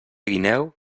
guineu